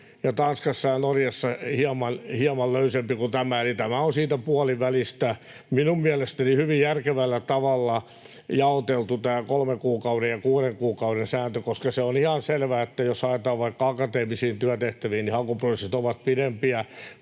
Tanskassa ja Norjassa hieman löysempi kuin tämä, eli tämä on siitä puolivälistä. Minun mielestäni hyvin järkevällä tavalla on jaoteltu tämä kolmen kuukauden ja kuuden kuukauden sääntö, koska se on ihan selvää, että jos haetaan vaikka akateemisiin työtehtäviin, niin hakuprosessit ovat pidempiä